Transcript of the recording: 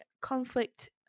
conflict